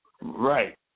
Right